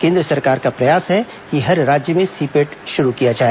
केंद्र सरकार का प्रयास है कि हर राज्य में सीपेट शुरू किया जाए